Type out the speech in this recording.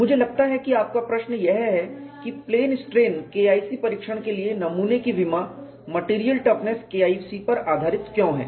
मुझे लगता है कि आपका प्रश्न यह है कि प्लेन स्ट्रेन KIC परीक्षण के लिए नमूने की विमा मेटेरियल टफनेस KIC पर आधारित क्यों हैं